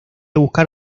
buscar